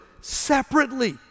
separately